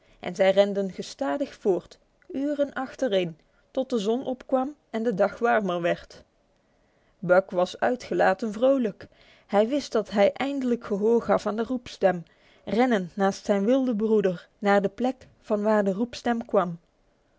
en zij renden gestadig voort uren achtereen tot de zon opkwam en de dag warmer werd buck was uitgelaten vrolijk hij wist dat hij eindelijk gehoor gaf aan de roepstem rennend naast zijn wilden broeder naar de plek vanwaar de roepstem kwam